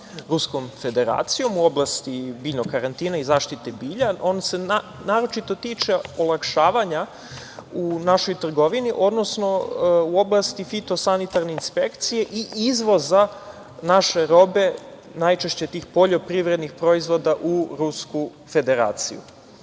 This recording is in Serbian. Ruskom Federacijom u oblasti biljnog karantina i zaštiti bilja, on se naročito tiče olakšavanja u našoj trgovini, odnosno u oblasti fitosanitarne inspekcije i izvoza naše robe, najčešće tih poljoprivrednih proizvoda u Rusku Federaciju. Naime,